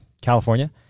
California